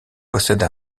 possède